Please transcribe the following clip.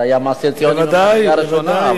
זה היה מעשה ציוני ממדרגה ראשונה,